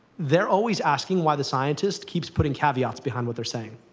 they're always asking why the scientist keeps putting caveats behind what they're saying.